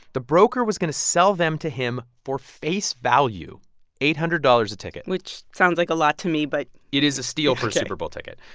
the broker was going to sell them to him for face value eight hundred dollars a ticket which sounds like a lot to me but. it is a steal for a super bowl ticket.